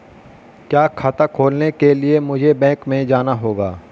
क्या खाता खोलने के लिए मुझे बैंक में जाना होगा?